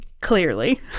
Clearly